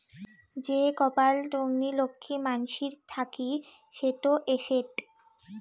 যে কপাল টঙ্নি লক্ষী মানসির থাকি সেটো এসেট